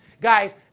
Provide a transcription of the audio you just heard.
Guys